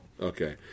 Okay